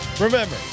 Remember